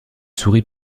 souris